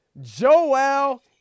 Joel